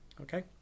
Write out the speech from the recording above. okay